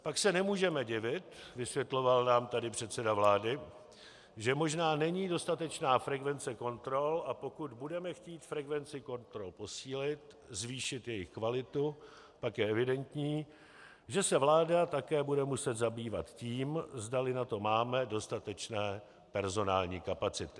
Pak se nemůžeme divit, vysvětloval nám tady předseda vlády, že možná není dostatečná frekvence kontrol, a pokud budeme chtít frekvenci kontrol posílit, zvýšit její kvalitu, pak je evidentní, že se vláda také bude muset zabývat tím, zdali na to máme dostatečné personální kapacity.